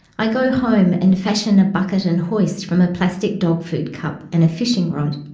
i go home and fashion a bucket and hoist from a plastic dog food cup and a fishing rod.